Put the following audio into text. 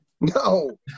No